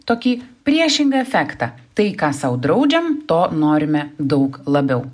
tokį priešingą efektą tai ką sau draudžiam to norime daug labiau